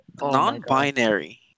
Non-binary